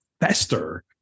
fester